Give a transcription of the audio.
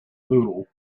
poodle